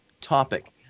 topic